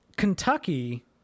Kentucky